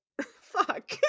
Fuck